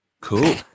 Cool